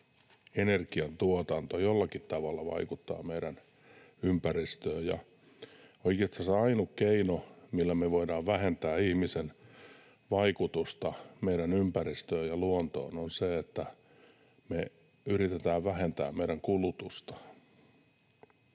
energiantuotanto jollakin tavalla vaikuttaa meidän ympäristöön. Oikeastansa ainut keino, millä me voidaan vähentää ihmisen vaikutusta meidän ympäristöön ja luontoon, on se, että me yritetään vähentää meidän kulutusta.